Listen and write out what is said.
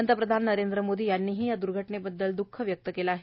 पंतप्रधान नरेंद्र मोदी यांनी या दुर्घटनेबद्दल दःख व्यक्त केलं आहे